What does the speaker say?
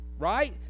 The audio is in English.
right